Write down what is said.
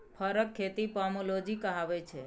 फरक खेती पामोलोजी कहाबै छै